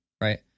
right